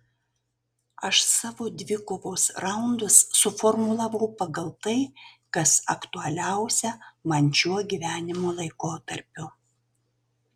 aš savo dvikovos raundus suformulavau pagal tai kas aktualiausia man šiuo gyvenimo laikotarpiu